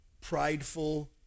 prideful